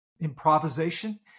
improvisation